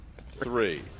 three